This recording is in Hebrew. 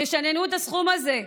תשננו את הסכום הזה: